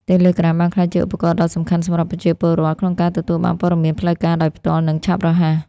Telegram បានក្លាយជាឧបករណ៍ដ៏សំខាន់សម្រាប់ប្រជាពលរដ្ឋក្នុងការទទួលបាន ព័ត៌មានផ្លូវការ ដោយផ្ទាល់ និងឆាប់រហ័ស។